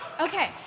Okay